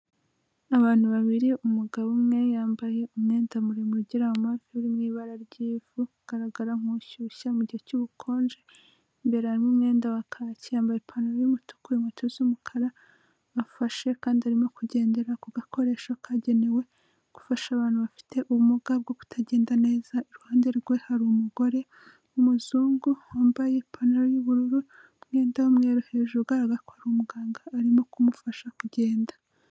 Abantu babiri, umugabo umwe yambaye umwenda muremure ugera mu mavi uri mu ibara ry'ivu, ugaragara nk'ushyushya mu gihe cy'ubukonje, imbere harimo umwenda wa kacyi, yambaye ipantaro y'umutuku, inkweto z'umukara, bafashe kandi arimo kugendera ku gakoresho kagenewe, gufasha abantu bafite ubumuga bwo kutagenda neza. Iruhande rwe hari umugore w'umuzungu, wambaye ipantaro y'ubururu n'umwenda w'umweru hejuru, ugaragara ko ari umuganga, arimo kumufasha kugenda.